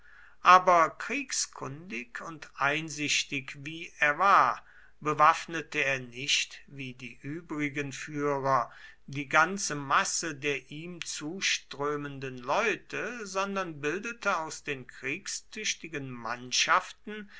aber kriegskundig und einsichtig wie er war bewaffnete er nicht wie die übrigen führer die ganze masse der ihm zuströmenden leute sondern bildete aus den kriegstüchtigen mannschaften